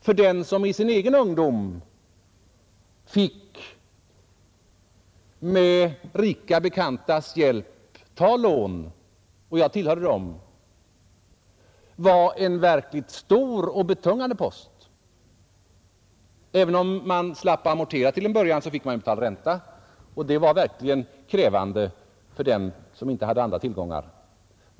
För dem som i sin egen ungdom med rika bekantas hjälp fick ta lån — och jag tillhörde dem — var det här fråga om en verkligt stor och betungande post. Även om man slapp amortera till en början, fick man betala ränta, och det var verkligen krävande för dem som inte hade andra tillgångar.